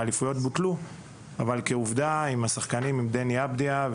אבל עם דני אבדיה,